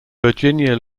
virginia